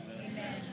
Amen